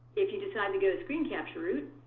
if you decide to go a screen capture route,